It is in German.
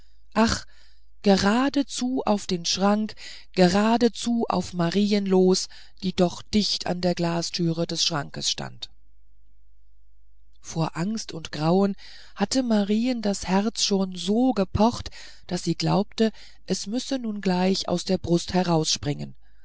ach geradezu auf den schrank geradezu auf marien los die noch dicht an der glastüre des schrankes stand vor angst und grauen hatte marien das herz schon so gepocht daß sie glaubte es müsse nun gleich aus der brust herausspringen